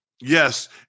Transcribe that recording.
Yes